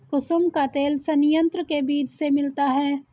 कुसुम का तेल संयंत्र के बीज से मिलता है